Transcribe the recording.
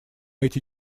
эти